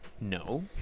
No